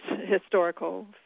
historical